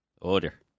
Order